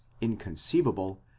inconceivable